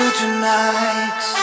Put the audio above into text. tonight